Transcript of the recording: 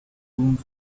room